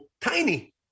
tiny